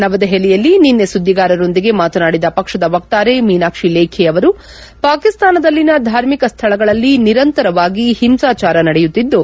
ನವದೆಹಲಿಯಲ್ಲಿ ನಿನ್ನೆ ಸುಧ್ದಿಗಾರರೊಂದಿಗೆ ಮಾತನಾಡಿದ ಪಕ್ಷದ ವಕ್ತಾರೆ ಮೀನಾಕ್ಷಿ ಲೇಖಿ ಅವರು ಪಾಕಿಸ್ತಾನದಲ್ಲಿನ ಧಾರ್ಮಿಕ ಸ್ಥಳಗಳಲ್ಲಿ ನಿಂತರವಾಗಿ ಹಿಂಸಾಚಾರ ನಡೆಯುತ್ತಿದ್ದು